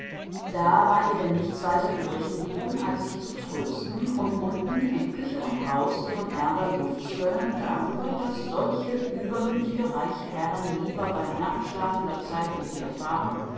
da war ihr denn nichts weiter übrig geblieben als sich zu trösten und unten in küche und haus ihrem aerger luft zu gönnen darüber daß solche übermüthige reiche herren lieber bei nachtschlafender zeit umherfahren